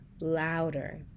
louder